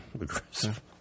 Aggressive